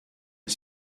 est